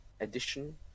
edition